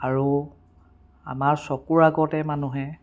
আৰু আমাৰ চকুৰ আগতে মানুহে